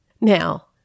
Now